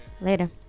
Later